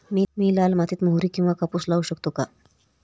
मी लाल मातीत मोहरी किंवा कापूस लावू शकतो का?